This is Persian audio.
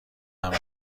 عمل